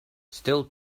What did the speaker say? still